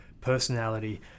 personality